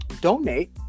Donate